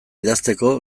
idazteko